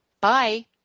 Bye